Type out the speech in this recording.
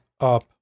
up